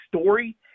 story